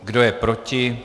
Kdo je proti?